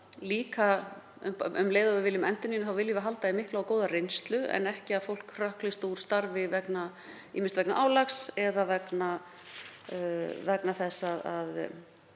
án. Um leið og við viljum endurnýjun viljum við halda í mikla og góða reynslu en ekki að fólk hrökklist úr starfi, ýmist vegna álags eða vegna þess að